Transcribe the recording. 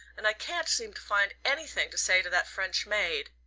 and i can't seem to find anything to say to that french maid.